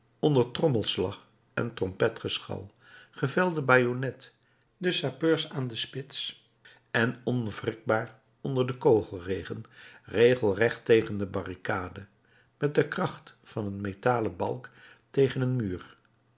onder trommelslag en trompetgeschal gevelde bajonnet de sappeurs aan de spits en onwrikbaar onder den kogelregen regelrecht tegen de barricade met de kracht van een metalen balk tegen een muur